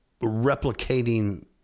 replicating